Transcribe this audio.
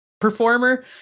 performer